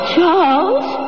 Charles